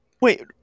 Wait